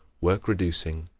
work-reducing,